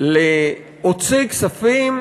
להוציא כספים,